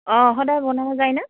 অঁ সদায় বনোৱা যায় না